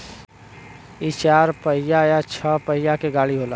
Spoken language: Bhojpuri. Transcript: इ चार पहिया या छह पहिया के गाड़ी होला